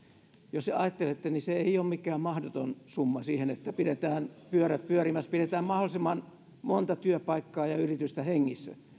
jos ajattelette niin se ei ole mikään mahdoton summa siihen että pidetään pyörät pyörimässä pidetään mahdollisimman monta työpaikkaa ja yritystä hengissä